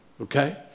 Okay